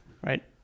Right